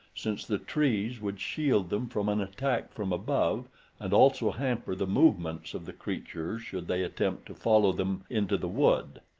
since the trees would shield them from an attack from above and also hamper the movements of the creatures should they attempt to follow them into the wood.